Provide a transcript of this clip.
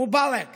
מובארכ